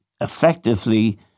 effectively